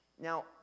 Now